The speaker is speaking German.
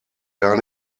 gar